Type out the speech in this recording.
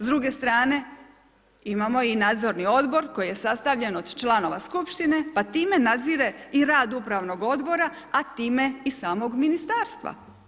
S druge strane, imamo i nadzorni odbor koji je sastavljen od članova skupštine pa time nadzire i rad upravnog odbora a time i samog ministarstva.